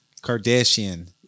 Kardashian